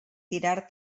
tirar